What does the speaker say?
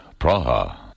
Praha